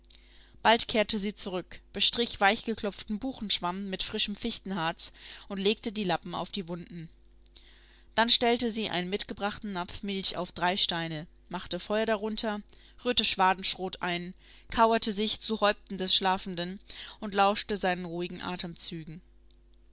bald kehrte sie zurück bestrich weichgeklopften buchenschwamm mit frischem fichtenharz und legte die lappen auf die wunden dann stellte sie einen mitgebrachten napf milch auf drei steine machte feuer darunter rührte schwadenschrot ein kauerte sich zu häupten des schlafenden und lauschte seinen ruhigen atemzügen